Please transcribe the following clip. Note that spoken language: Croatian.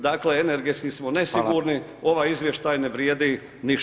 Dakle, energetski smo nesigurni, ovaj izvještaj ne vrijedi ništa.